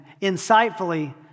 insightfully